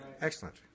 Excellent